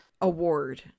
award